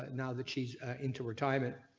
now the cheese into retirement.